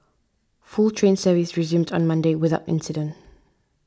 full train service resumed on Monday without incident